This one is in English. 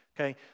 Okay